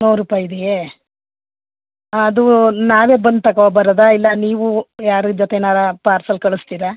ನೂರು ರೂಪಾಯಿ ಇದೆಯೇ ಹಾಂ ಅದು ನಾವೇ ಬಂದು ತಗೋ ಬರೋದಾ ಇಲ್ಲ ನೀವು ಯಾರ ಜೊತೆನಾರು ಪಾರ್ಸಲ್ ಕಳಿಸ್ತೀರಾ